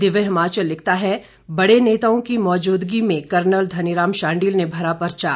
दिव्य हिमाचल लिखता है बड़े नेताओं की मौजूदगी में कर्नल धनीराम शांडिल ने भरा परचा